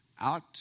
out